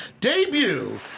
debut